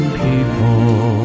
people